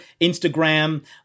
Instagram